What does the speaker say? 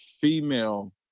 female